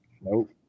Nope